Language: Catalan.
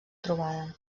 trobada